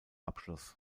abschloss